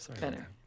better